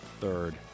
third